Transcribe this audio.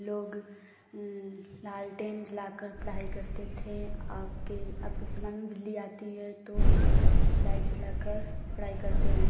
लोग लालटेन जलाकर पढ़ाई करते थे अब के अब के ज़माने में बिजली आती है तो लाइट जलाकर पढ़ाई करते हैं